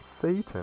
Satan